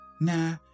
Nah